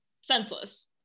senseless